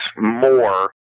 more